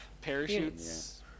Parachutes